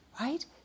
right